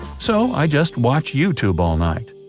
so i just watched youtube all night.